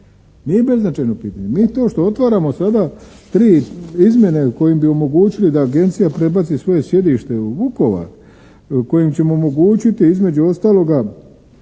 nije beznačajno pitanje. Mi to što otvaramo sada tri izmjene kojima bi omogućili da agencija prebaci svoje sjedište u Vukovar, kojim ćemo omogućiti između ostaloga